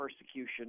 persecution